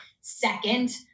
second